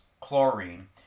chlorine